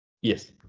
yes